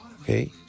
Okay